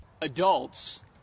Adults